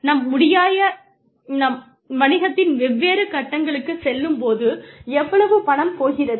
நம்முடியாய வணிகத்தின் வெவ்வேறு கட்டங்களுக்குச் செல்லும் போது எவ்வளவு பணம் போகிறது